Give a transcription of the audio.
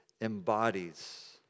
embodies